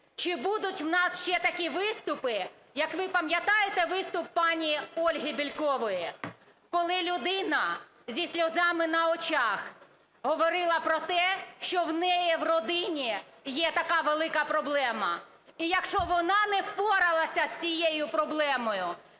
чи будуть у нас ще такі виступи, як, ви пам'ятаєте виступ пані Ольги Бєлькової? Коли людина зі сльозами на очах говорила про те, що у неї в родині є така велика проблема. І якщо вона не впоралась з цією проблемою,